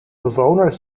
bewoner